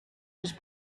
was